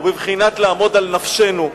הוא בבחינת לעמוד על נפשנו.